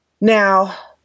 Now